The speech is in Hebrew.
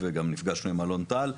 וגם נפגשנו עם אלון טל.